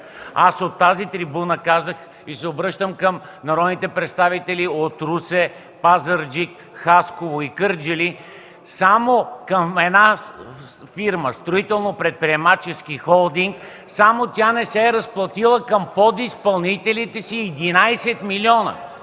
Аз от тази трибуна вече казах и се обръщам към народните представители от Русе, Пазарджик, Хасково и Кърджали, само към една фирма – Строително-предприемачески холдинг, само тя не се е разплатила към подизпълнителите си с 11 милиона!